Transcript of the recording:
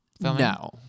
No